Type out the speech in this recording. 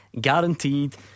Guaranteed